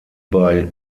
bei